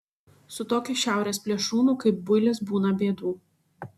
su tokiu šiaurės plėšrūnu kaip builis būna bėdų